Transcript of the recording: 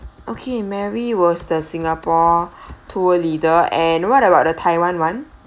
okay mary was the singapore tour leader and what about the taiwan one